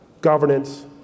governance